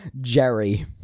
Jerry